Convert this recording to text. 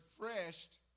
refreshed